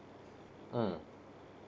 mm